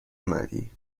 اومدی